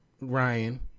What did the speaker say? Ryan